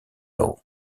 law